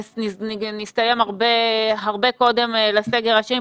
הסתיים הרבה קודם לסגר השני.